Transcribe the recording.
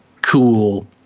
cool